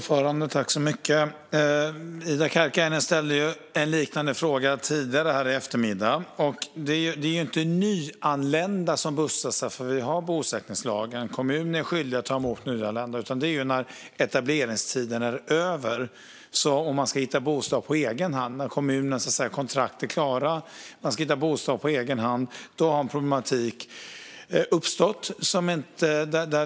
Fru talman! Ida Karkiainen ställde en liknande fråga tidigare här i eftermiddag. Det är inte nyanlända som bussas. Vi har bosättningslagen, och kommuner är skyldiga att ta emot nyanlända. Det är när etableringstiden är över, när kommunens kontrakt är klara och när man ska hitta bostad på egen hand som denna problematik har uppstått.